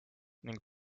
ning